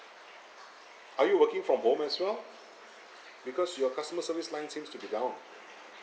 are you working from home as well because your customer service line seems to be down